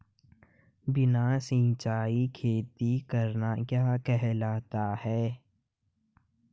बिना सिंचाई खेती करना क्या कहलाता है?